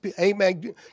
amen